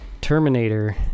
Terminator